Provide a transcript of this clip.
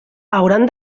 hauran